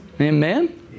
Amen